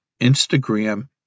Instagram